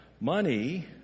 Money